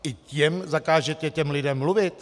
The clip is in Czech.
I tam zakážete těm lidem mluvit?